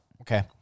Okay